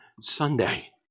Sunday